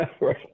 Right